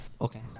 Okay